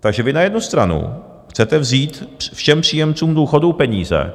Takže vy na jednu stranu chcete vzít všem příjemcům důchodů peníze,